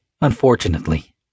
Unfortunately